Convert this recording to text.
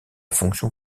fonction